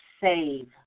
save